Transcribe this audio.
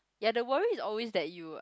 ya the worries always that you